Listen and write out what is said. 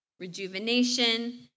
Rejuvenation